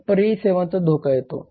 मग पर्यायी सेवांचा धोका येतो